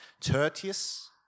tertius